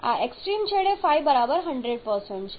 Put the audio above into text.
આ એક્સ્ટ્રીમ છેડે ϕ બરાબર 100 છે